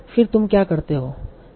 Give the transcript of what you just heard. फिर तुम क्या करते हो